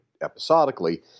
episodically